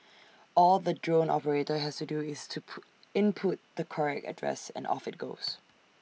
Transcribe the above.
all the drone operator has to do is to input the correct address and off IT goes